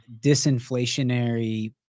disinflationary